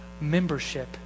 membership